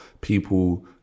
people